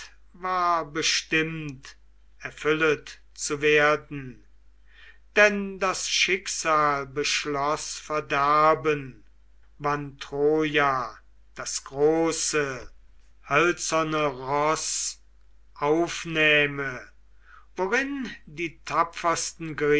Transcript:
war bestimmt erfüllet zu werden denn das schicksal beschloß verderben wann troja das große hölzerne roß aufnähme worin die tapfersten